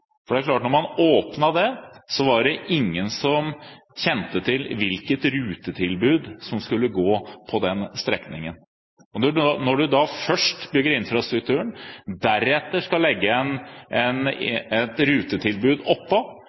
man åpnet det, var det ingen som kjente til hvilket rutetilbud som skulle gå på den strekningen. Når man først bygger infrastrukturen og deretter skal legge et rutetilbud oppå,